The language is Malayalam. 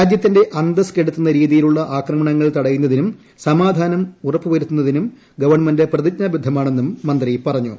രാജ്യത്തിന്റെ അന്തസ്റ്റ് കെടുത്തുന്ന രീതിയിലുള്ള ആക്രമണങ്ങൾ തടയുന്നതിനും സമാധാനം ഉറപ്പുവരുത്തുന്നതിനും ഗവണ്മെന്റ് പ്രതിജ്ഞാബദ്ധമാണെന്നും മന്ത്രി പറഞ്ഞു